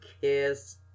kiss